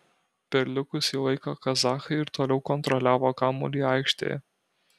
per likusį laiką kazachai ir toliau kontroliavo kamuolį aikštėje